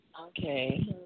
okay